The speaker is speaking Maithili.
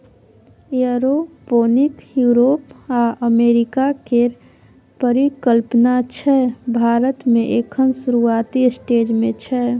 ऐयरोपोनिक युरोप आ अमेरिका केर परिकल्पना छै भारत मे एखन शुरूआती स्टेज मे छै